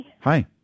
Hi